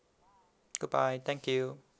good bye thank you